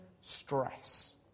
stress